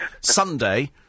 Sunday